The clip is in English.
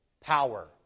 power